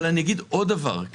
אבל אגיד עוד דבר.